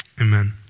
amen